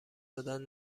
دادن